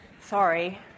Sorry